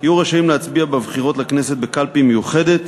יהיו רשאים להצביע בבחירות לכנסת בקלפי מיוחדת